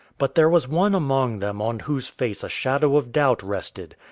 but there was one among them on whose face a shadow of doubt rested,